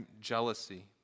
jealousy